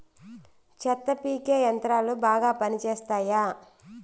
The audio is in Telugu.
చెత్త పీకే యంత్రాలు బాగా పనిచేస్తాయా?